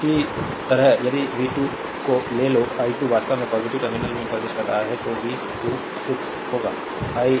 इसी तरह यदि v 2 को लें तो i2 वास्तव में पॉजिटिव टर्मिनल में प्रवेश कर रहा है तो v 2 6 होगा i2